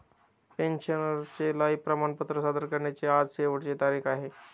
पेन्शनरचे लाइफ प्रमाणपत्र सादर करण्याची आज शेवटची तारीख आहे